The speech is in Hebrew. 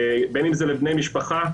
בין אם זה לבני משפחה,